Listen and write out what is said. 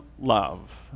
love